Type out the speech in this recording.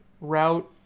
route